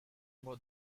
about